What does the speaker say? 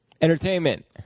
entertainment